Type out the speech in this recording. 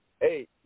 Hey